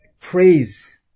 praise